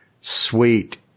sweet